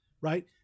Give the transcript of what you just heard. right